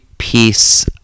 piece